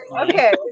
Okay